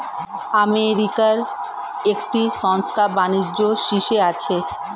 আমেরিকার একটি সংস্থা বাণিজ্যের শীর্ষে আছে